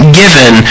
given